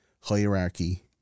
hierarchy